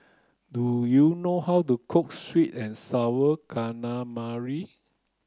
do you know how to cook sweet and sour calamari